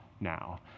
now